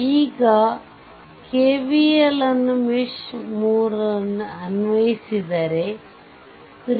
ಈ KVL ಅನ್ನು mesh 3 ಅನ್ವಯಿಸಿದರೆ 3i3420